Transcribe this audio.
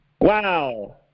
Wow